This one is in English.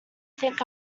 think